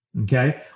okay